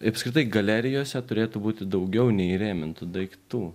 apskritai galerijose turėtų būti daugiau neįrėmintų daiktų